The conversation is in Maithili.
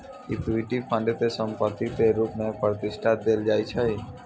इक्विटी फंड के संपत्ति के रुप मे प्रतिष्ठा देलो जाय छै